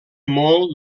molt